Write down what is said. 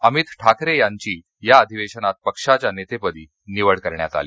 अमित ठाकरे यांची या अधिवेशनात पक्षाच्या नेतेपदी निवड करण्यात आली